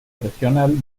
regional